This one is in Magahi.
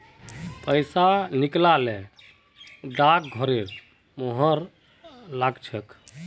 पैसा निकला ल डाकघरेर मुहर लाग छेक